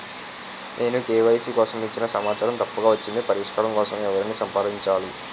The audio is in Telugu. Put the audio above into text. నేను కే.వై.సీ కోసం ఇచ్చిన సమాచారం తప్పుగా వచ్చింది పరిష్కారం కోసం ఎవరిని సంప్రదించాలి?